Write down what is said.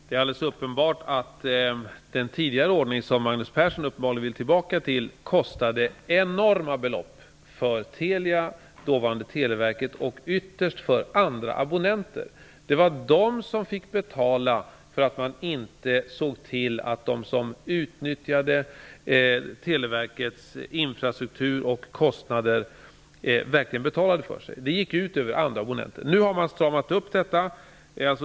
Fru talman! Det är alldeles uppenbart att den tidigare ordning som Magnus Persson uppenbarligen vill ha tillbaka kostade enorma belopp för dåvarande Televerket och ytterst för abonnenter. Det var de som fick betala för att man inte såg till att de som utnyttjade Televerkets infrastruktur och kostnader verkligen betalade för sig. Det gick ut över andra, betalande, abonnenter. Nu har man stramat upp detta.